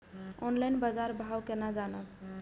Online बाजार भाव केना जानब?